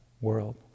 world